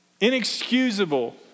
inexcusable